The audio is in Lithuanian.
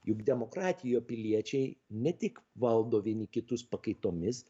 juk demokratijo piliečiai ne tik valdo vieni kitus pakaitomis